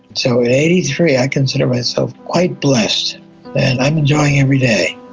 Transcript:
so at eighty three i consider myself quite blessed, and i'm enjoying every day.